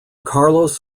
carlos